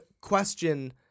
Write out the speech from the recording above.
question